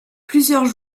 plusieurs